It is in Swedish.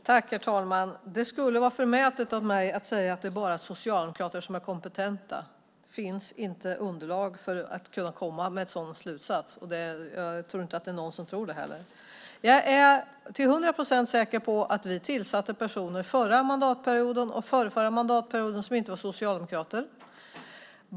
Herr talman! Det skulle vara förmätet av mig att säga att det bara är socialdemokrater som är kompetenta. Det finns inte underlag för att komma med en sådan slutsats, och jag tror inte att det är någon som tror det heller. Jag är till hundra procent säker på att vi under förra mandatperioden och den förrförra mandatperioden tillsatte personer som inte är socialdemokrater.